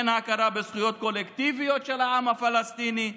אין הכרה בזכויות קולקטיביות של העם הפלסטיני,